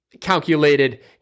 calculated